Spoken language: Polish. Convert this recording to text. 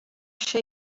się